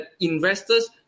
investors